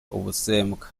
ubusembwa